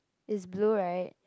is blue right